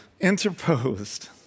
Interposed